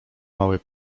mały